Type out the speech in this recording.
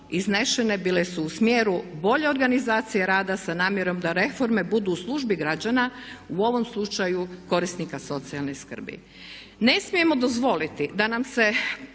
iznesene u smislu bolje organizacije rada sa namjerom da reforme budu u službi građana, u ovom slučaju korisnika socijalne skrbi. Ne smijemo dozvoliti da nam se